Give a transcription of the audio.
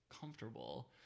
comfortable